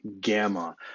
Gamma